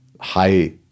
high